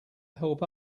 help